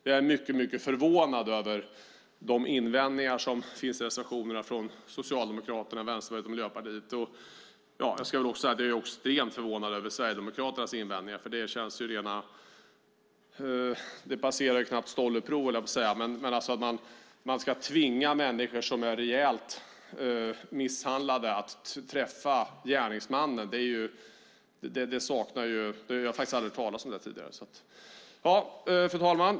Jag är mycket förvånad över de invändningar som finns i reservationerna från Socialdemokraterna, Vänsterpartiet och Miljöpartiet. Jag ska väl också säga att jag är extremt förvånad över Sverigedemokraternas invändningar. Det passerar knappt gränsen för stolleprov när man säger att man ska tvinga människor som är rejält misshandlade att träffa gärningsmannen. Jag har aldrig hört talas om något sådant tidigare. Fru talman!